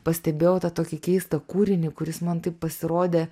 pastebėjau tą tokį keistą kūrinį kuris man taip pasirodė